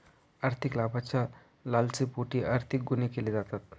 आर्थिक लाभाच्या लालसेपोटी आर्थिक गुन्हे केले जातात